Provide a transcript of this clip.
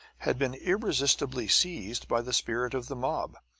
had been irresistibly seized by the spirit of the mob.